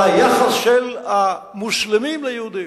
כשאתה מדבר על היחס של המוסלמים ליהודים,